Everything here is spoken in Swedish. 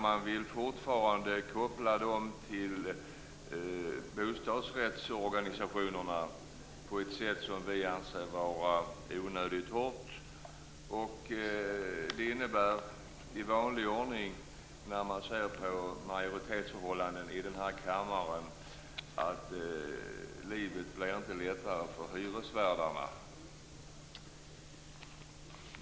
Man vill fortfarande koppla dem till bostadrättsorganisationerna på ett sätt som vi anser vara onödigt hårt. Det innebär i vanlig ordning, när man ser på majoritetsförhållandena i den här kammaren, att livet inte blir lättare för hyresvärdarna.